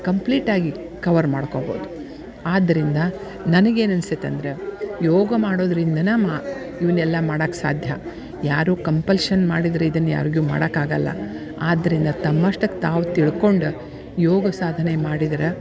ಕಂಪ್ಲೀಟಾಗಿ ಕವರ್ ಮಾಡ್ಕೊಬೌದು ಆದ್ದರಿಂದ ನನ್ಗೆ ಏನು ಅನ್ಸಿತ್ತು ಅಂದ್ರೆ ಯೋಗ ಮಾಡೋದ್ರಿಂದನೇ ಮಾ ಇವನ್ನೆಲ್ಲ ಮಾಡಕ್ಕೆ ಸಾಧ್ಯ ಯಾರೂ ಕಂಪಲ್ಶನ್ ಮಾಡಿದ್ರೆ ಇದನ್ನು ಯಾರಿಗೂ ಮಾಡೋಕ್ಕಾಗಲ್ಲ ಆದ್ದರಿಂದ ತಮ್ಮಷ್ಟಕ್ಕೆ ತಾವು ತಿಳ್ಕೊಂಡು ಯೋಗ ಸಾಧನೆ ಮಾಡಿದ್ರೆ